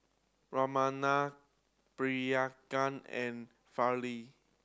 Ramnath Priyanka and Fali